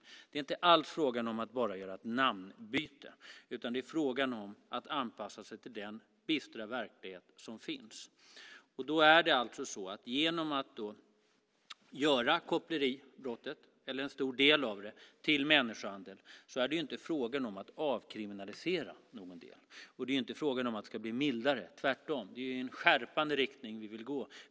Detta handlar inte alls om att bara göra ett namnbyte, utan det handlar om att anpassa sig till den bistra verkligheten. Genom att göra koppleribrottet, eller en stor del av det, till människohandel, avkriminaliserar man ingenting. Meningen är ju inte att det ska bedömas mildare, tvärtom. Det är i en skärpande riktning vi vill gå.